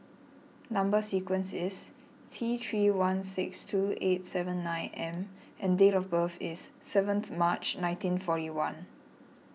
Number Sequence is T three one six two eight seven nine M and date of birth is seventh March nineteen forty one